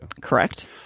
Correct